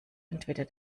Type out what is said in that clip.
entweder